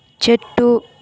చెట్టు